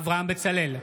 אברהם בצלאל,